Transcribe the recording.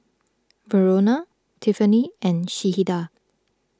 Verona Tiffany and Sheilah